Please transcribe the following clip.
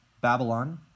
Babylon